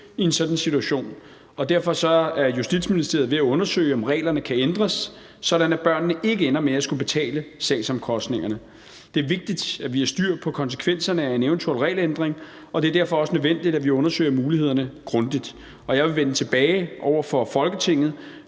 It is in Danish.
i en sådan situation, og derfor er Justitsministeriet ved at undersøge, om reglerne kan ændres, sådan at børnene ikke ender med at skulle betale sagsomkostningerne. Det er vigtigt, at vi har styr på konsekvenserne af en eventuel regelændring, og det er derfor også nødvendigt, at vi undersøger mulighederne grundigt. Og jeg vil vende tilbage over for Folketinget,